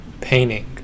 painting